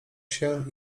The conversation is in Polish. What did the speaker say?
się